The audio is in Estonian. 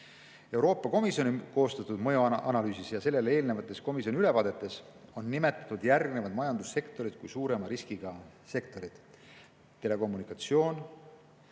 Euroopa Komisjoni koostatud mõjuanalüüsis ja sellele eelnevates komisjoni ülevaadetes on nimetatud järgmised majandussektorid kui suurema riskiga sektorid: telekommunikatsioon,